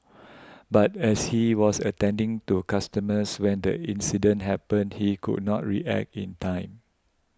but as he was attending to customers when the incident happened he could not react in time